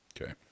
Okay